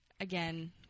Again